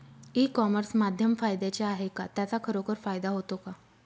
E commerce माध्यम फायद्याचे आहे का? त्याचा खरोखर फायदा होतो का?